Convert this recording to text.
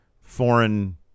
foreign